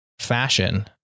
Fashion